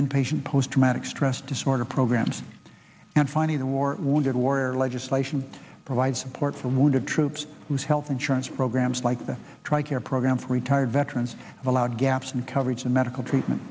inpatient post traumatic stress disorder programs and finally the war wounded warrior legislation provides support for the wounded troops whose health insurance programs like the tri care program for retired veterans allowed gaps in coverage and medical treatment